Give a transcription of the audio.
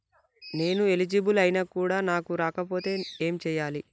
నేను ఎలిజిబుల్ ఐనా కూడా నాకు రాకపోతే ఏం చేయాలి?